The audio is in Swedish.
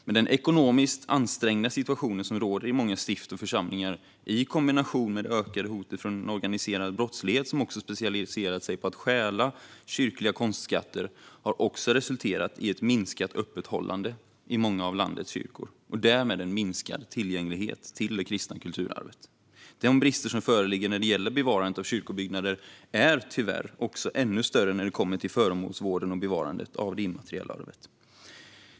Den ekonomiskt ansträngda situation som råder i många stift och församlingar, i kombination med det ökade hotet från en organiserad brottslighet som specialiserat sig på att stjäla kyrkliga konstskatter, har dock också resulterat i ett minskat öppethållande i många av landets kyrkor och därmed en minskad tillgänglighet till det kristna kulturarvet. De brister som föreligger när det gäller bevarandet av kyrkobyggnader är tyvärr ännu större när det gäller föremålsvården och bevarandet av det immateriella arvet.